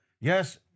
Yes